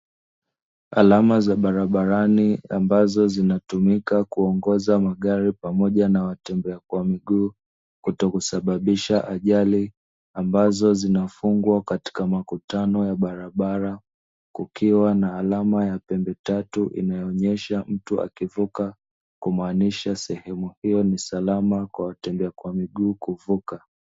Alama za barabarani ambazo zinatumika kuongoza magari pamoja na watembea kwa miguu, kutokusababisha ajali ambazo zinafungwa katika makutano ya barabara. Kukiwa na alama ya pembe tatu inayoonesha mtu akivuka. Kumaanisha kuwa sehemu hiyo ni salama kwa watembea kwa miguu, kuvuka.